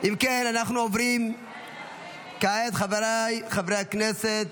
אם כן, חבריי חברי הכנסת,